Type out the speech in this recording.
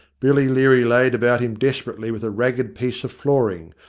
billy leary laid about him desperately with a ragged piece of flooring,